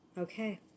Okay